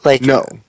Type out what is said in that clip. No